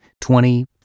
twenty